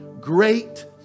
great